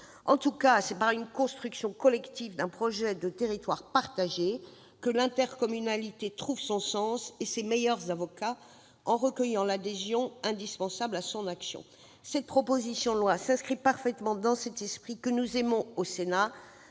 en tout cas par une construction collective d'un projet de territoire partagé que l'intercommunalité trouve son sens et ses meilleurs avocats en recueillant l'adhésion indispensable à son action. Cette proposition de loi s'inscrit parfaitement dans cet esprit pragmatique,